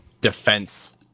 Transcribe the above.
defense